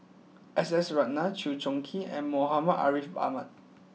S S Ratnam Chew Choo Keng and Muhammad Ariff Ahmad